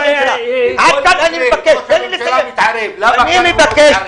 מדוע --- ראש הממשלה לא מתערב --- אני מבקש,